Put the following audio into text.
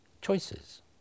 choices